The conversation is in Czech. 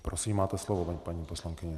Prosím, máte slovo, paní poslankyně.